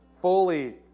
fully